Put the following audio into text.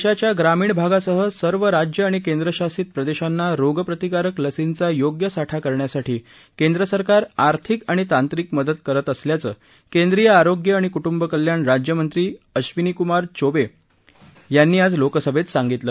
देशाच्या ग्रामीण भागासह सर्व राज्य आणि केंद्रशासित प्रदेशांना रोग प्रतिकारक लसींचा योग्य साठा करण्यासाठी केंद्र सरकार आर्थिक आणि तांत्रिक मदत करत असल्याचं केंद्रीय आरोग्य आणि कुटुंबकल्याण राज्यमंत्री अश्वनीकुमार चोबे यांनी आज लोकसभेत सांगितलं